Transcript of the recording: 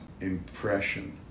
impression